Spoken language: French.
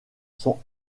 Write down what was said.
sont